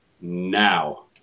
now